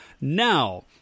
Now